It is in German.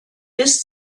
bis